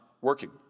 working